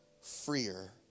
freer